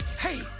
Hey